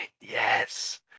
yes